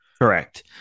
correct